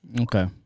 Okay